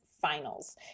Finals